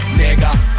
nigga